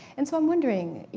and so, i'm wondering, you